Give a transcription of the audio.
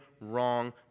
wrong